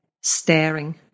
staring